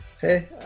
Hey